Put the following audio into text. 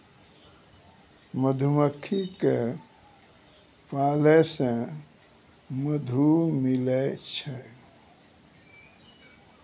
मधुमक्खी क पालै से मधु मिलै छै